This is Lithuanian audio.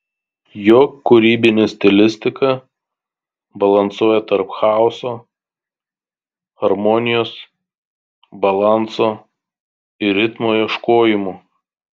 jo kūrybinė stilistika balansuoja tarp chaoso harmonijos balanso ir ritmo ieškojimų